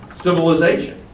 Civilization